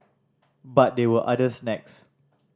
but there were other snags